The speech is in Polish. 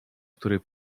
który